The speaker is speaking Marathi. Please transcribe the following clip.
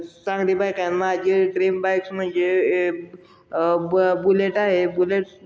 चांगली बाईक आहे माझी ड्रीम बाईक्स म्हणजे ब बुलेट आहे बुलेट